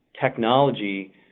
technology